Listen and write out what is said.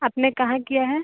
आपने कहाँ किया है